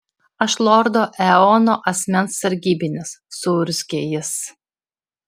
aš lordo eono asmens sargybinis suurzgė jis